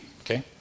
okay